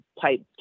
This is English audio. type